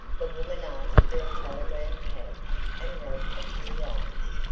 the woman asked for a telegram pad and wrote a few lines.